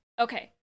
Okay